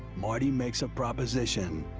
marty makes a proposition.